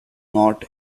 not